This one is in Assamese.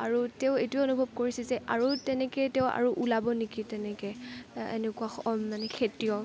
আৰু তেওঁ এইটোৱে অনুভৱ কৰিছে যে আৰু তেনেকে তেওঁ আৰু ওলাব নেকি তেনেকে এনেকুৱা মানে খেতিয়ক